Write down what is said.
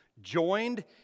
joined